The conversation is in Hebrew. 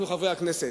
חברי הכנסת,